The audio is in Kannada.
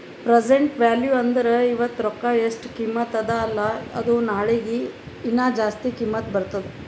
ಪ್ರೆಸೆಂಟ್ ವ್ಯಾಲೂ ಅಂದುರ್ ಇವತ್ತ ರೊಕ್ಕಾ ಎಸ್ಟ್ ಕಿಮತ್ತ ಅದ ಅಲ್ಲಾ ಅದು ನಾಳಿಗ ಹೀನಾ ಜಾಸ್ತಿ ಕಿಮ್ಮತ್ ಬರ್ತುದ್